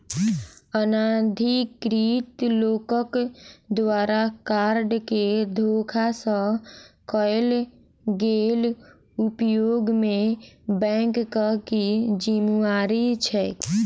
अनाधिकृत लोकक द्वारा कार्ड केँ धोखा सँ कैल गेल उपयोग मे बैंकक की जिम्मेवारी छैक?